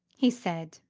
he said,